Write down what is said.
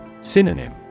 Synonym